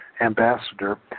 ambassador